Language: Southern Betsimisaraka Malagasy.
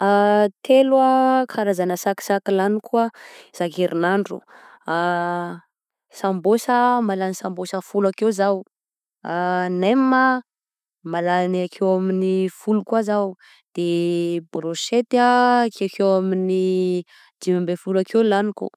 Telo a karazana sakisaky laniko a isakerinandro, sambôsa, mahalany sambôsa folo akeo zaho, nem, mahalany akeo amin'ny folo koa zaho, de brosety akekeo amin'ny dimy amby folo akeo laniko.